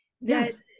Yes